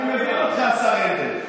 אני מבין אותך, השר הנדל.